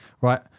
Right